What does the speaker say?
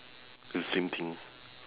it's the same thing